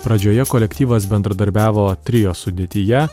pradžioje kolektyvas bendradarbiavo trio sudėtyje